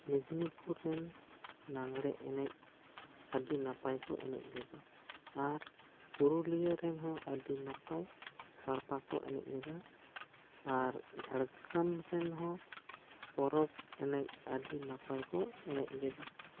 ᱢᱤᱫᱽᱱᱤᱯᱩᱨ ᱨᱮᱱ ᱞᱟᱜᱽᱬᱮ ᱮᱱᱮᱡ ᱟᱹᱰᱤ ᱱᱟᱯᱟᱭ ᱠᱚ ᱮᱱᱮᱡ ᱞᱮᱫᱟ ᱟᱨ ᱯᱩᱨᱩᱞᱤᱭᱟᱹ ᱨᱮᱱ ᱦᱚᱸ ᱟᱹᱰᱤ ᱱᱟᱯᱟᱭ ᱥᱟᱲᱯᱟ ᱠᱚ ᱮᱱᱮᱡ ᱞᱮᱫᱟ ᱟᱨ ᱡᱷᱟᱲᱜᱨᱟᱢ ᱨᱮᱱ ᱦᱚᱸ ᱯᱚᱨᱚᱵᱽ ᱮᱱᱮᱡ ᱟᱹᱰᱤ ᱱᱟᱯᱟᱭ ᱠᱚ ᱮᱱᱮᱡ ᱞᱮᱫᱟ